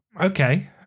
Okay